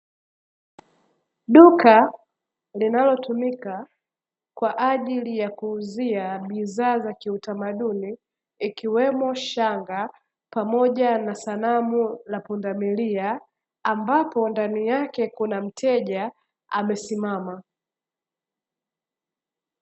Duka linalotumika kwa ajili ya kuuzia bidhaa za kiutamaduni ikiwemo shanga pamoja na sanamu la pundamilia, ambapo ndani yake kuna mteja amesimama.